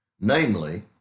namely